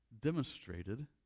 demonstrated